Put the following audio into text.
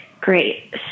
Great